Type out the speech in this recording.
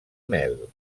mel